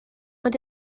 ond